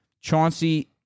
Chauncey